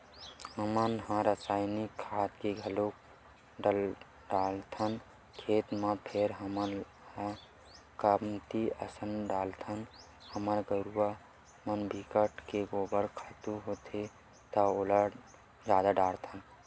हमन ह रायसायनिक खाद ल घलोक डालथन खेत म फेर हमन ह कमती असन डालथन हमर घुरूवा म बिकट के गोबर खातू होथे त ओला जादा डारथन